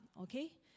okay